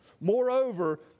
Moreover